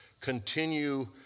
Continue